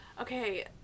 okay